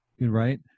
Right